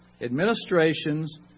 administrations